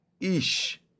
ish